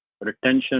retention